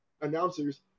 announcers